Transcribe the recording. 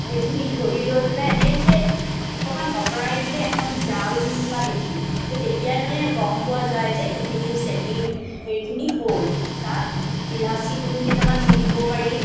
সেইখিনি ধৰি লৈ পেলাই এনেকৈ অকমান অতঁৰাই দিলে এখন জাল নিচিনা দেখি সেই তেতিয়াই মানে গম পোৱা যায় যে এইখিনি চেনিৰ হেৰিখিনি হ'ল তাত ইলাচী গুড়ি কেইটামান দি দিব পাৰি